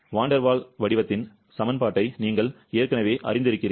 வான் der Waals வடிவத்தின் சமன்பாட்டை நீங்கள் ஏற்கனவே அறிந்திருக்கிறீர்கள்